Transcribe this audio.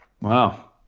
wow